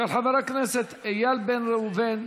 של חברי הכנסת איל בן ראובן,